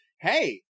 hey